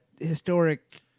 Historic